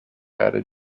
added